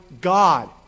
God